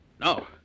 No